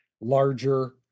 larger